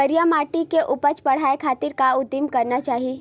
करिया माटी के उपज बढ़ाये खातिर का उदिम करना चाही?